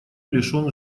лишен